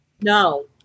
No